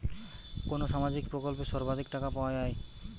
কোন সামাজিক প্রকল্পে সর্বাধিক টাকা পাওয়া য়ায়?